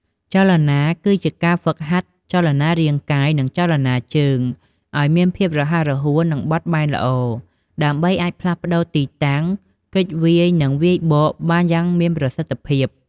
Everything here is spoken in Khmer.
ចលនាគឺជាការ ហ្វឹកហាត់ចលនារាងកាយ និងចលនាជើងឲ្យមានភាពរហ័សរហួន និងបត់បែនល្អ ដើម្បីអាចផ្លាស់ប្តូរទីតាំង គេចវាយ និងវាយបកបានយ៉ាងមានប្រសិទ្ធភាព។